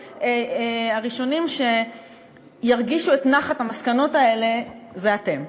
והראשונים שירגישו את נחת המסקנות האלה אלה אתם.